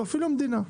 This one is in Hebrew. או אפילו המדינה,